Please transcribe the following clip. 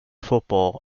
football